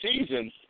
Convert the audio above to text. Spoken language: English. season